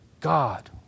God